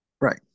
Right